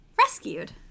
Rescued